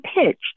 pitched